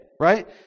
right